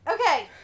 Okay